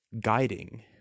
guiding